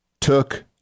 took